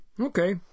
Okay